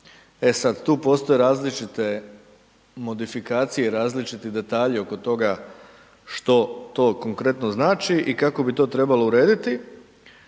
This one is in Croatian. E sad, tu postoje različite modifikacije i različiti detalji oko toga što to konkretno znači i kako bi to trebalo urediti,